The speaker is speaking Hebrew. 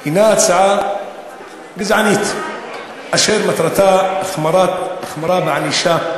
היא הצעה גזענית אשר מטרתה החמרה בענישה.